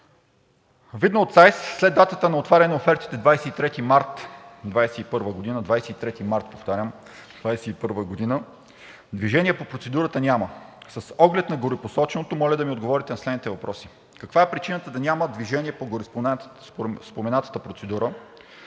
система след датата на отваряне на офертите от 23 март 2021 г. движение по процедурата няма. С оглед на горепосоченото моля да ми отговорите на следните въпроси: Каква е причината да няма движение по гореспоменатата процедура?